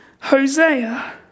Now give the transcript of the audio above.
Hosea